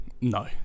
no